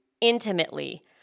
intimately